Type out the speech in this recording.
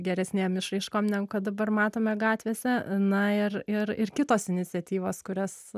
geresnėm išraiškom ne kad dabar matome gatvėse na ir ir ir kitos iniciatyvos kurias